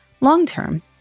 Long-term